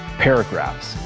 paragraphs,